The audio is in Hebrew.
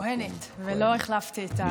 כוהנת ולא החלפתי.